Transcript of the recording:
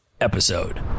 episode